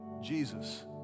Jesus